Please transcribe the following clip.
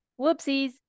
whoopsies